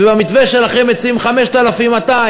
ובמתווה שלכם מציעים 5,200,